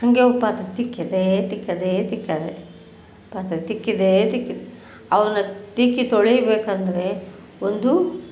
ಹಾಗೆ ಅವು ಪಾತ್ರೆ ತಿಕ್ಕೋದೆ ತಿಕ್ಕೋದೆ ತಿಕ್ಕೋದೆ ಪಾತ್ರೆ ತಿಕ್ಕೋದೆ ತಿಕ್ಕೋದೆ ಅವನ್ನ ತಿಕ್ಕಿ ತೊಳಿಬೇಕಂದ್ರೆ ಒಂದು